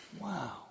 Wow